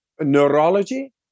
neurology